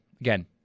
again